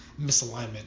misalignment